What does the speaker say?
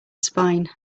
spine